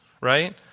right